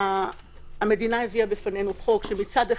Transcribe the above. המדינה הביאה בפנינו חוק שמצד אחד,